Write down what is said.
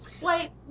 Wait